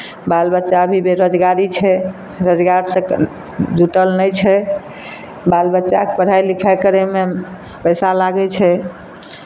बाल बच्चा अभी बेरोजगारी छै रोजगारसँ एखन जुटल नहि छै बाल बच्चाके पढ़ाइ लिखाइ करयमे पैसा लागै छै